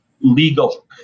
legal